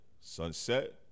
Sunset